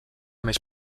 més